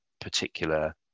particular